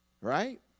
right